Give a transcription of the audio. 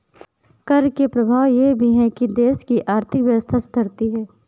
कर के प्रभाव यह भी है कि देश की आर्थिक व्यवस्था सुधरती है